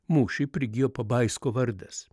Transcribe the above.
mūšiui prigijo pabaisko vardas